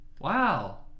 Wow